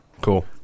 Cool